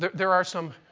there there are some